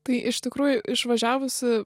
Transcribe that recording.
tai iš tikrųjų išvažiavusi